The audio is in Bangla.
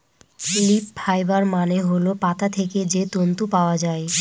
লিফ ফাইবার মানে হল পাতা থেকে যে তন্তু পাওয়া যায়